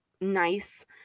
nice